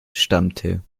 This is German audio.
stammte